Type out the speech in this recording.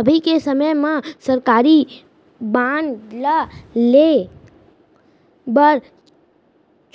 अभी के समे म सरकारी बांड ल लेहे बर